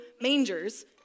mangers